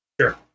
Sure